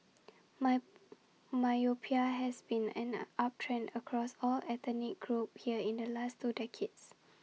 my myopia has been on an uptrend across all ethnic groups here in the last two decades